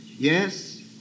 Yes